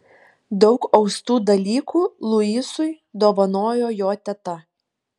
daug austų dalykų luisui dovanojo jo teta